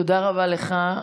תודה רבה לך.